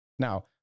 Now